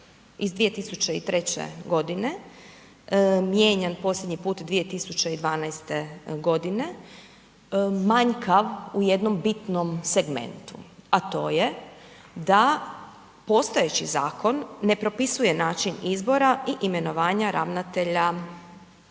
iz 2003. godine mijenjan posljednji put 2012. godine manjkav u jednom bitnom segmentu a to je da postojeći zakon ne propisuje način izbora i imenovanja ravnatelja